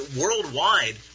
worldwide